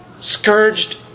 scourged